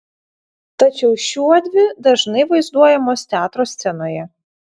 tačiau šiuodvi dažnai vaizduojamos teatro scenoje